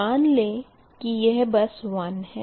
मान लें की यह बस 1 है